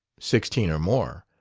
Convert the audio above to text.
sixteen or more.